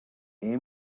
aim